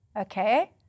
Okay